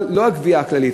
לא הגבייה הכללית,